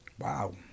Wow